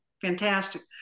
fantastic